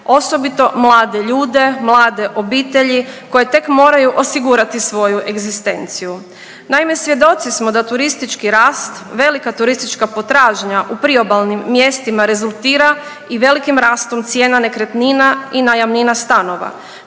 osobito mlade ljude, mlade obitelji koje tek moraju osigurati svoju egzistenciju. Naime, svjedoci smo da turistički rast, velika turistička potražnja u priobalnim mjestima rezultira i velikim rastom cijena nekretnina i najamnina stanova